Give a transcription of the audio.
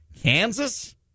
Kansas